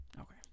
Okay